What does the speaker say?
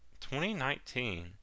2019